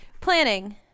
planning